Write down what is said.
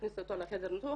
הכניסו אותו לחדר ניתוח,